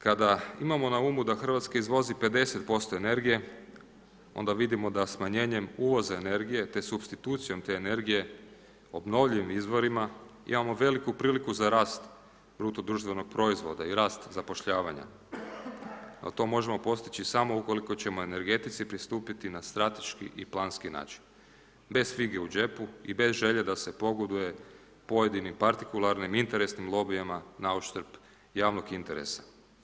Kada imamo na umu da Hrvatska izvozi 50% energije, onda vidimo da smanjenjem uvoza energije te supstitucijom te energije obnovljivim izvorima imamo veliku priliku za rast BDP-a i rast zapošljavanja a to možemo postići samo ukoliko ćemo energetici pristupiti na strateški i planski način bez fige u džepu i bez želje da se pogoduje pojedinim partikularnim, interesnim lobijima na uštrb javnog interesa.